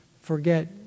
forget